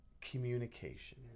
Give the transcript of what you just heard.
communication